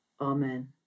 Amen